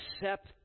accept